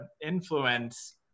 influence